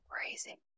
crazy